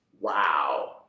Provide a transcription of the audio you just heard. Wow